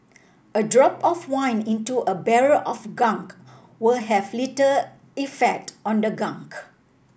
a drop of wine into a barrel of gunk will have little effect on the gunk